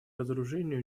разоружению